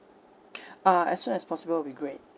uh as soon as possible will be great